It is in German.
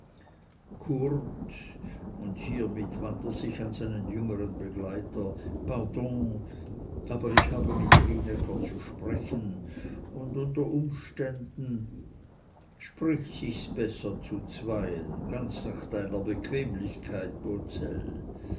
und hiermit wandt er sich an seinen jüngeren begleiter pardon aber ich habe mit rienäcker zu sprechen und unter umständen spricht sich's besser zu zweien ganz nach deiner bequemlichkeit